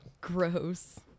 Gross